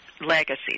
legacy